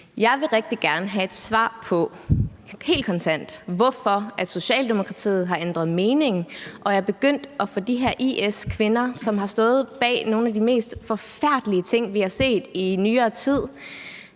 Jeg vil rigtig gerne have et helt kontant svar på, hvorfor Socialdemokratiet har ændret mening og er begyndt gerne at ville tage de her IS-kvinder, som har stået bag nogle af de mest forfærdelige ting, vi har set i nyere tid,